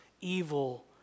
evil